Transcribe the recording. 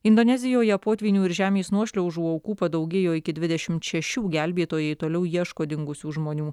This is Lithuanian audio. indonezijoje potvynių ir žemės nuošliaužų aukų padaugėjo iki dvidešimt šešių gelbėtojai toliau ieško dingusių žmonių